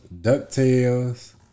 DuckTales